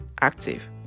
active